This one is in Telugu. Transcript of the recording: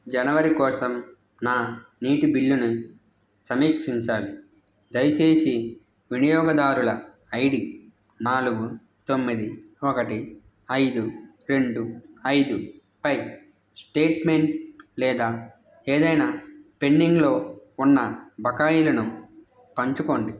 జనవరి కోసం నా నీటి బిల్లును సమీక్షించాలి దయచేసి వినియోగదారుల ఐడి నాలుగు తొమ్మిది ఒకటి ఐదు రెండు ఐదు పై స్టేట్మెంట్ లేదా ఏదైనా పెండింగ్లో ఉన్న బకాయిలను పంచుకోండి